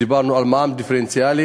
דיברנו על מע"מ דיפרנציאלי.